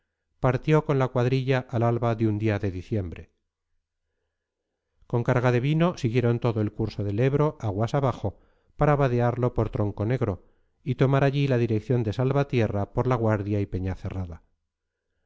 partió con la cuadrilla al alba de un día de diciembre con carga de vino siguieron todo el curso del ebro aguas abajo para vadearlo por tronconegro y tomar allí la dirección de salvatierra por la guardia y